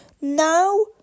Now